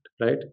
right